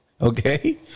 Okay